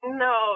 No